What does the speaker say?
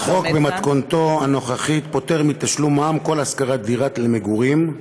החוק במתכונתו הנוכחית פוטר מתשלום מע"מ כל השכרת דירה למגורים.